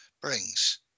brings